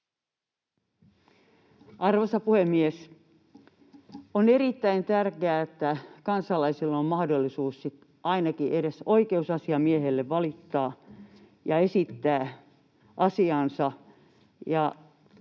Arvoisa puhemies! On erittäin tärkeää, että kansalaisilla on mahdollisuus ainakin edes oikeusasiamiehelle valittaa ja esittää asiansa,